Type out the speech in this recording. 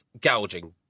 gouging